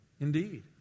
Indeed